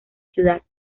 ciudad